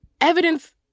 Evidence